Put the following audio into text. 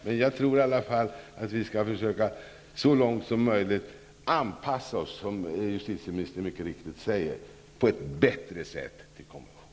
Men jag tror i alla fall att vi, som justitieministern mycket riktigt sade, så långt som möjligt skall försöka att på ett bättre sätt anpassa oss till konventionen. Fleetwood anhållit att till protokollet få antecknat att hon inte ägde rätt till ytterligare inlägg.